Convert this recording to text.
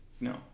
no